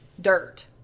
dirt